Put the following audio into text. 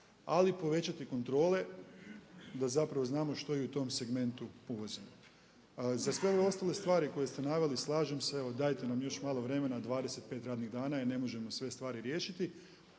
ali povećati kontrole da znamo što i u tom segmentu uvozimo. Za sve ove ostale stvari koje ste naveli, slažem se, evo dajte nam još malo vremena. 25 radnih dana i ne možemo sve stvari riješiti,